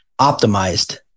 optimized